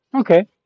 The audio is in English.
okay